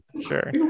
Sure